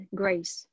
grace